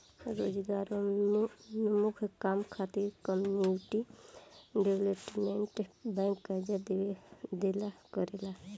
रोजगारोन्मुख काम खातिर कम्युनिटी डेवलपमेंट बैंक कर्जा देवेला करेला